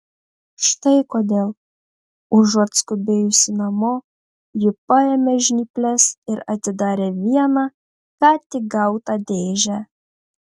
štai kodėl užuot skubėjusi namo ji paėmė žnyples ir atidarė vieną ką tik gautą dėžę